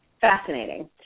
Fascinating